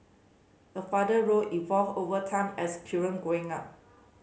a father role evolve over time as children grow up